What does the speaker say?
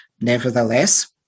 Nevertheless